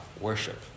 worship